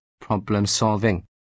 problem-solving